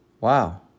Wow